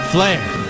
Flair